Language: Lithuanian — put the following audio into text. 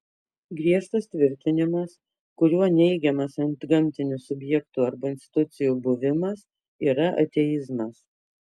griežtas tvirtinimas kuriuo neigiamas antgamtinių subjektų arba institucijų buvimas yra ateizmas